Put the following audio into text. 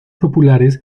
populares